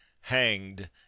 Hanged